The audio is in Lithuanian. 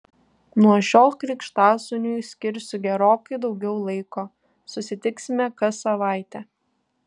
nuo šiol krikštasūniui skirsiu gerokai daugiau laiko susitiksime kas savaitę